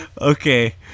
Okay